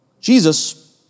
Jesus